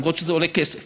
למרות שזה עולה כסף,